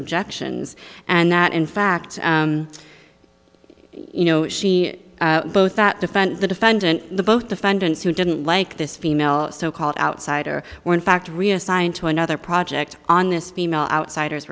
objections and that in fact you know she both that defends the defendant the both defendants who didn't like this female so called outsider were in fact reassigned to another project on this female outsiders